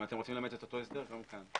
השאלה אם אתם רוצים לאמץ את אותו הסדר גם כאן.